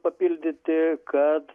papildyti kad